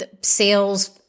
sales